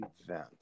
event